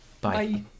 bye